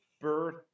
birth